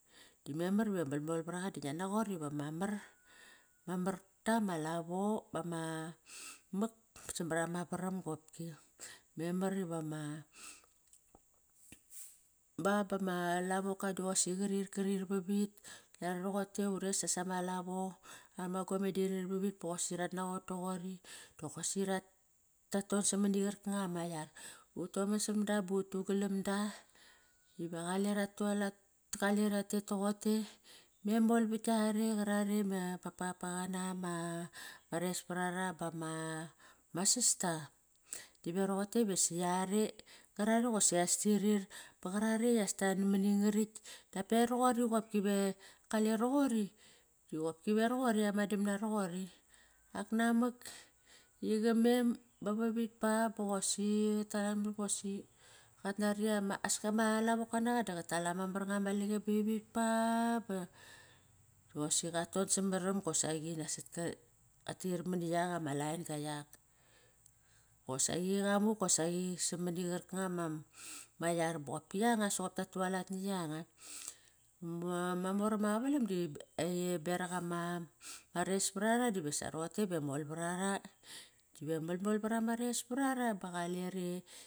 Di memar ive malmol varaqa di ngia naqot iva ma mar. Ma marta ma lavo bama, mak samar ama varam qopki. Memar iva ma ba bama lavoka doqosi qarir vavit, yare roqote ures ias ama lavo, ama gome di ririr vavit boqosi rat naqot toqori. Doqosi rat ton samani qarkanga ama yar utoman saram da butu galam da iva qale rat tualat, qale rat tet toqote me mol vat tare qarare me papa qana ma resparaqa bama sasta dive roqote ivasi yare. Qarare qosias ti rir, ba qarane as nam mani nga rakt, dape roqori qopki ve kale roqori roqori diaqopki va roqori ma dam na roqori. Ak namak iqa mem ba vavit ba bosi ama lavoka naqa da qa tal ama mar nga ma lange bivit ba, ba bosi qaton samaram qosaqi. Qa tir mani yak ama laen-ga yak, qosaki qamuk qosaki sa mani qarkanga ma yar, bopki yanga soqop tat tualat na yanga. Ma maram ama qavalam di beraq ama resparaqa diva sa roqote ve mol varara. Dive malmol vara ma resparaqa ba qale ri.